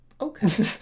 Okay